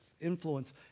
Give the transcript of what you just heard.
influence